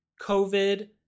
covid